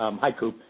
um hi coop.